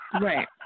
Right